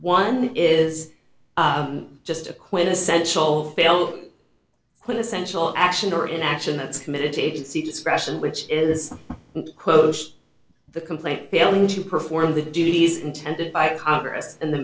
one is just a quintessential fail when essential action or inaction that's committed to agency discretion which is close the complaint feeling to perform the duties intended by congress and the